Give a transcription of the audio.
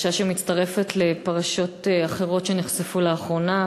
פרשה שמצטרפת לפרשות אחרות שנחשפו לאחרונה,